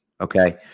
okay